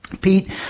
Pete